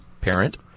parent